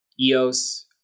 EOS